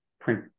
print